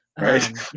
right